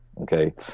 okay